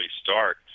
start